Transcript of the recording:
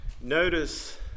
Notice